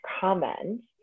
comments